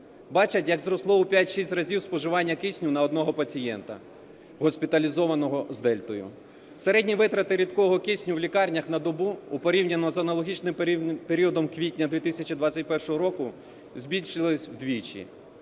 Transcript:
бачать як зросло в 5-6 разів споживання кисню на одного пацієнта, госпіталізованого з "Дельтою". Середні витрати рідкого кисню в лікарнях на добу в порівнянні з аналогічним періодом квітня 2021 року збільшились вдвічі.